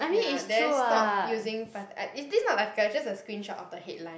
ya then stop using pa~ this not the article just a screenshot of the headline